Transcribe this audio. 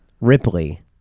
Ripley